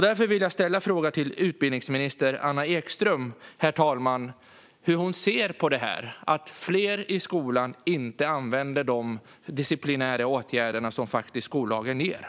Därför, herr talman, vill jag fråga utbildningsminister Anna Ekström hur hon ser på att fler i skolan inte använder de disciplinära åtgärder som skollagen tillåter.